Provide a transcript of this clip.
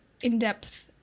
in-depth